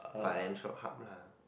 financial hub lah